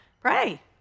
pray